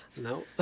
No